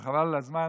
אבל חבל על הזמן